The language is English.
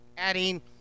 adding